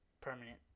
permanent